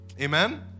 amen